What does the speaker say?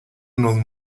nos